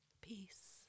Peace